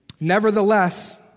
Nevertheless